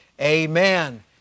Amen